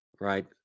right